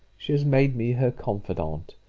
she has made me her confidant.